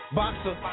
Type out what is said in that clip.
boxer